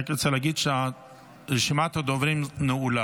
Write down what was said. אני רק רוצה להגיד שרשימת הדוברים נעולה,